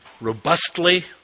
robustly